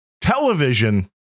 television